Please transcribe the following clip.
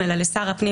אבל לא של מגורים.